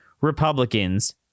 Republicans